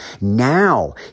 Now